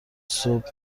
صبح